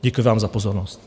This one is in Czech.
Děkuji vám za pozornost.